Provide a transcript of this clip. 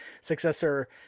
successor